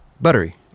Buttery